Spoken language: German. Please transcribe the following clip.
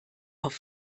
auf